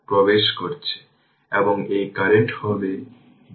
তাই এখন t 0 এর জন্য সুইচটি ক্লোজ